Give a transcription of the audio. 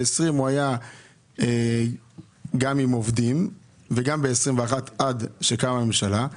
בשנת 2020 הוא היה גם עם עובדים וגם ב-2021 עד שקמה הממשלה.